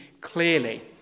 clearly